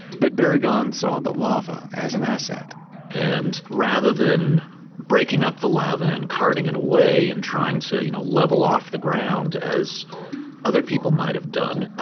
but barragan saw the lava as an asset and rather than breaking up the lava, and carting it away, and trying to you know level off the ground, as other people might have done,